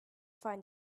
find